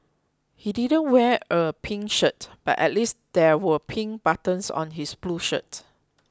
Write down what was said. he didn't wear a pink shirt but at least there were pink buttons on his blue shirt